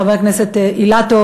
לחבר הכנסת אילטוב,